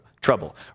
trouble